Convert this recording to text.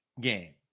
game